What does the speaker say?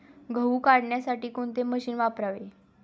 गहू काढण्यासाठी कोणते मशीन वापरावे?